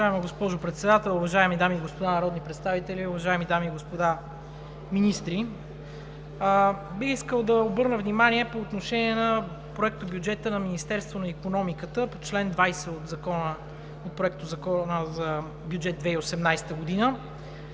Уважаема госпожо Председател, уважаеми дами и господа народни представители, уважаеми дами и господа министри! Бих искал да обърна внимание по отношение на Проектобюджета на Министерството на икономиката по чл. 20 от Проектозакона за Бюджет 2018 г.